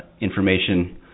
information